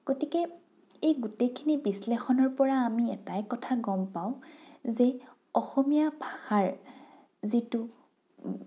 গতিকে এই গোটেইখিনি বিশ্লেষণৰ পৰা আমি এটাই কথা গম পাওঁ যে অসমীয়া ভাষাৰ যিটো